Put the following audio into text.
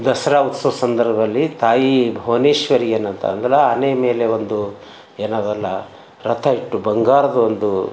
ದಸರಾ ಉತ್ಸವ ಸಂದರ್ಭದಲ್ಲಿ ತಾಯಿ ಭುವನೇಶ್ವರಿ ಏನತ ಅಂದ್ರ ಆನೆ ಮೇಲೆ ಒಂದು ಏನದಲ್ಲ ರಥ ಇಟ್ಟು ಬಂಗಾರದ ಒಂದು